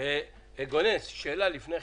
שאלת